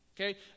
Okay